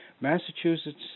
Massachusetts